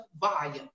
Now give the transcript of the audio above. volume